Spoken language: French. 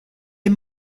est